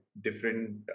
different